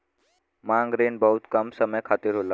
मांग रिन बहुत कम समय खातिर होला